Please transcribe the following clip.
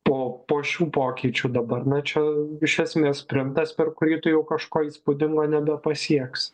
po po šių pokyčių dabar na čia iš esmės sprintas per kurį tu jau kažko įspūdingo nebepasieksi